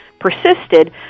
persisted